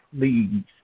please